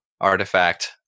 artifact